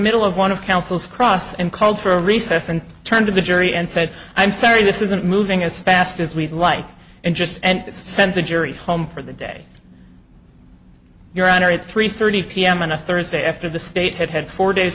middle of one of counsel's cross and called for a recess and turned to the jury and said i'm sorry this isn't moving as fast as we'd like and just and that sent the jury home for the day your honor at three thirty pm on a thursday after the state had had four days